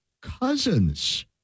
Cousins